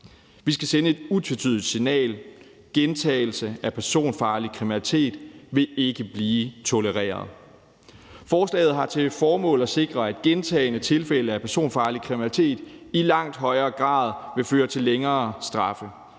Vi skal sende et utvetydigt signal: Gentagelse af personfarlig kriminalitet vil ikke blive tolereret. Forslaget har til formål at sikre, at gentagne tilfælde af personfarlig kriminalitet i langt højere grad vil føre til længere straffe,